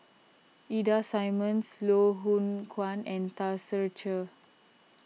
Ida Simmons Loh Hoong Kwan and Tan Ser Cher